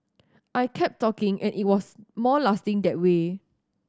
I kept talking and it was more lasting that way